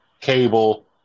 Cable